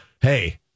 Hey